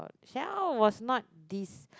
shell was not this